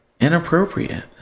Inappropriate